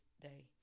day